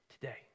today